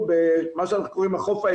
לחנך,